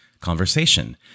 conversation